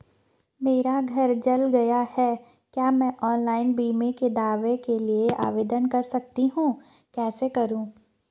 मेरा घर जल गया है क्या मैं ऑनलाइन बीमे के दावे के लिए आवेदन कर सकता हूँ कैसे करूँ?